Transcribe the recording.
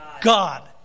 God